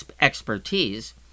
expertise